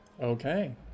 Okay